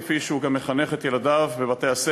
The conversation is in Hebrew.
כפי שהוא גם מחנך את ילדיו בבתי-הספר,